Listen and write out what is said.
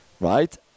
right